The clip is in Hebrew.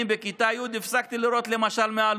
בכיתה י', למשל, הפסקתי לראות מהלוח.